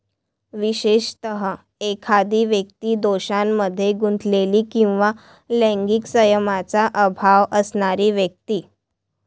विशेषतः, एखादी व्यक्ती दोषांमध्ये गुंतलेली किंवा लैंगिक संयमाचा अभाव असणारी व्यक्ती